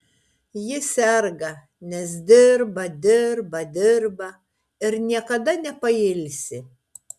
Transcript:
ji serga nes dirba dirba dirba ir niekada nepailsi